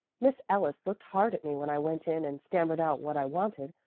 miss ellis looked hard at me when i went in and stammered out what i wanted.